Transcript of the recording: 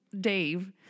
Dave